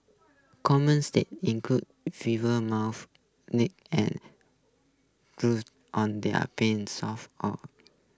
common state include fever mouth and on thier palms soles or